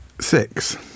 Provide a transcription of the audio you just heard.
Six